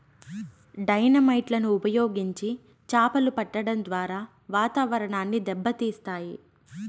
dynamite లను ఉపయోగించి చాపలు పట్టడం ద్వారా వాతావరణాన్ని దెబ్బ తీస్తాయి